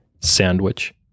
Sandwich